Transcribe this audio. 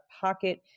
pocket